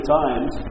times